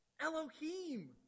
Elohim